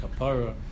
Kapara